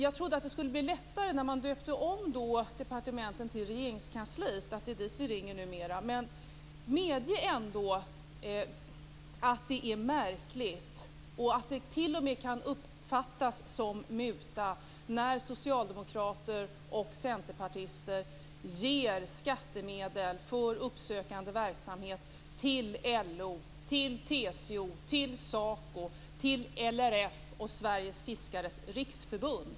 Jag trodde att det skulle bli lättare när man döpte om departementen till Regeringskansliet. Det är ju dit vi ringer nu mera. Medge ändå att det är märkligt och att det t.o.m. kan uppfattas som muta när socialdemokrater och centerpartister ger skattemedel för uppsökande verksamhet till LO, TCO, SACO, LRF och Sveriges fiskares riksförbund.